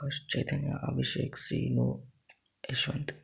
Akash Chaitanya Abhishek Seenu Yashwant